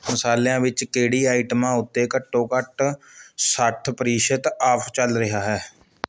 ਮਸਾਲਿਆਂ ਵਿੱਚ ਕਿਹੜੀ ਆਈਟਮਾਂ ਉੱਤੇ ਘੱਟੋ ਘੱਟ ਸੱਠ ਪ੍ਰਤੀਸ਼ਤ ਆਫ ਚੱਲ ਰਿਹਾ ਹੈ